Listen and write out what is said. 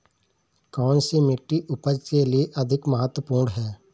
कौन सी मिट्टी उपज के लिए अधिक महत्वपूर्ण है?